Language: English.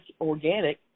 organic